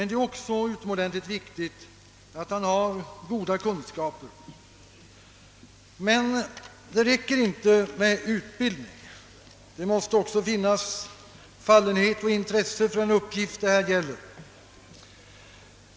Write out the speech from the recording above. Det är också viktigt att läraren har goda kunskaper. Men det räcker inte med enbart utbildning — det måste också finnas fallenhet och intresse för uppgiften.